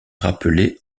rappelé